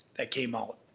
that came out.